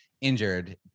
injured